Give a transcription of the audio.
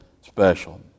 special